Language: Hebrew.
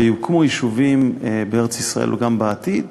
ויוקמו יישובים בארץ-ישראל גם בעתיד.